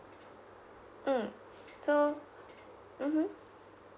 mm so mmhmm